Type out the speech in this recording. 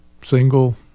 single